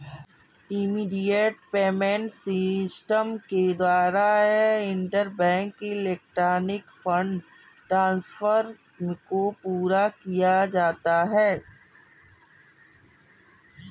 immediate payment system के द्वारा interbank electronic fund transfer को पूरा किया जाता है